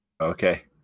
okay